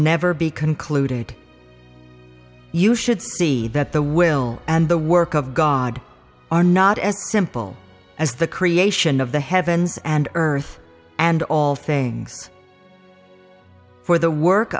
never be concluded you should see that the will and the work of god are not as simple as the creation of the heavens and earth and all things for the work